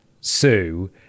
Sue